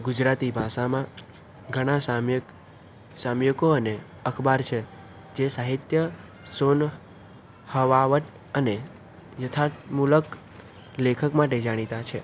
ગુજરાતી ભાષામાં ઘણાં સામ્યક સામયિકો અને અખબાર છે જે સાહિત્ય સુન હવાવટ અને યથાતમુલક લેખક માટે જાણીતાં છે